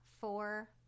four